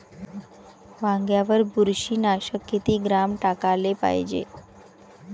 वांग्यावर बुरशी नाशक किती ग्राम टाकाले पायजे?